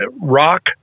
rock